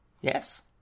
Yes